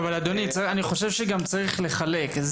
אבל אדוני, אני חושב שגם צריך לחלק.